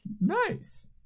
Nice